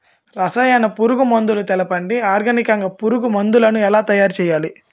రసాయన పురుగు మందులు చెప్పండి? ఆర్గనికంగ పురుగు మందులను ఎలా తయారు చేయాలి?